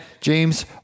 James